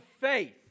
faith